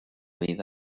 vida